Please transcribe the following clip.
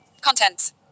contents